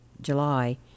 july